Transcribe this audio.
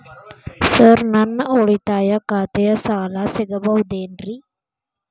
Sir ನನ್ನ ಉಳಿತಾಯ ಖಾತೆಯ ಸಾಲ ಸಿಗಬಹುದೇನ್ರಿ?